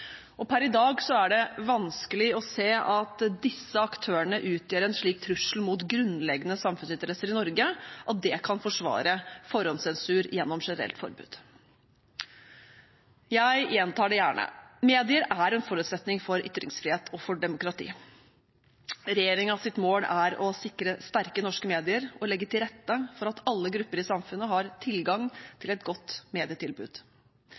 og per i dag er det vanskelig å se at disse aktørene utgjør en slik trussel mot grunnleggende samfunnsinteresser i Norge at det kan forsvare forhåndssensur gjennom generelt forbud. Jeg gjentar det gjerne: Medier er en forutsetning for ytringsfrihet og for demokrati. Regjeringens mål er å sikre sterke norske medier og å legge til rette for at alle grupper i samfunnet har tilgang til et godt medietilbud.